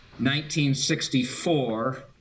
1964